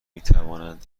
میتوانند